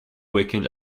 weekend